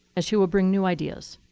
as she will bring new ideas,